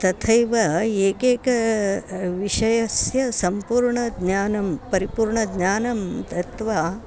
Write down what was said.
तथैव एकेक विषयस्य सम्पूर्णज्ञानं परिपूर्णज्ञानं दत्वा